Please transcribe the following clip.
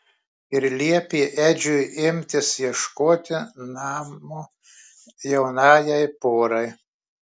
ir liepė edžiui imtis ieškoti namo jaunajai porai